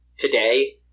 Today